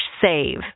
save